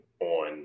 on